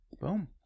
Boom